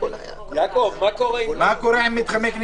מה קורה עם מתחמי קניות?